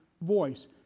voice